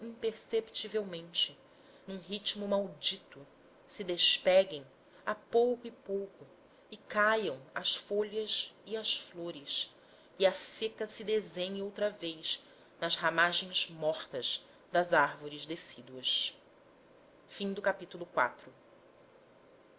imperceptivelmente num ritmo maldito se despeguem a pouco e pouco e caiam as folhas e as flores e a seca se desenhe outra vez nas ramagens mortas das árvores decíduas uma